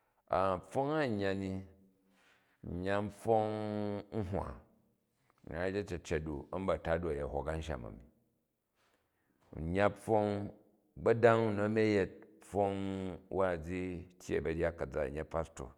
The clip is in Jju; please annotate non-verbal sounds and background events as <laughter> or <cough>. <hesitation> pfong a nyya ni, nyya npfong nhwa, nna yet a̱cecet u̱, ambatat u ayet hok anshan ami. N yyak pfong, a̱gbodang u nu a̱ni a̱ yet pfong wa'azi tyyei ba̱ryat kaza, n yet pastor,